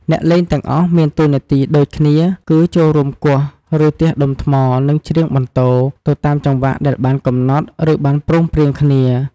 អ្នកលេងទាំងអស់មានតួនាទីដូចគ្នា គឺចូលរួមគោះ ឫទះដុំថ្ម និងច្រៀងបន្ទរ ទៅតាមចង្វាក់ដែលបានកំណត់ ឬបានព្រមព្រៀងគ្នា។